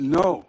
no